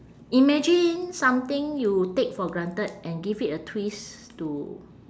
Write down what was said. imagine something you take for granted and give it a twist to